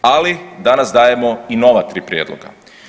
Ali, danas dajemo i nova 3 prijedloga.